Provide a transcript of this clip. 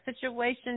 situation